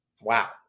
Wow